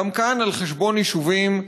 גם כאן על חשבון יישובים,